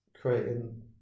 creating